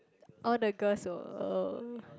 all the girls will uh